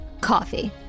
coffee